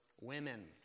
women